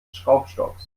schraubstocks